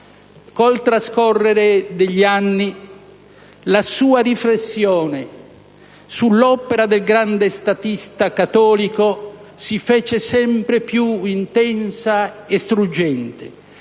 Col trascorrere degli anni, la sua riflessione sull'opera del grande statista cattolico si fece sempre più intensa e struggente,